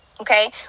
Okay